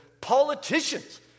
politicians